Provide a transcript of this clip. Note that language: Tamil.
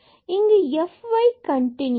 இங்கு fy கண்டினுயஸ்